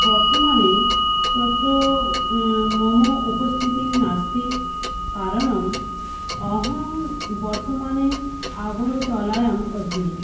वर्तमाने तत्र मम उपस्थितिः नास्ति कारणं अहं वर्तमाने आगरतलायाम् अस्मि